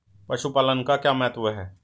पशुपालन का क्या महत्व है?